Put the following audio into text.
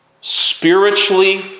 spiritually